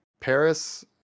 Paris